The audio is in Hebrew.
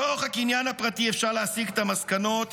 מתוך הקניין הפרטי אפשר להסיק את המסקנות